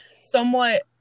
somewhat